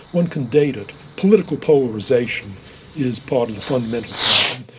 one can date it. political polarisation is part of the fundamental problem.